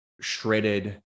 shredded